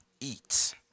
eat